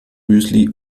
müsli